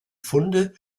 funde